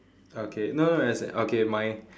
okay no no no as in okay my